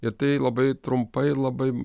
ir tai labai trumpai ir labai